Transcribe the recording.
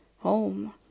home